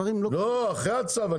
לא, אחרי הצו.